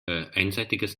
einseitiges